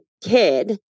kid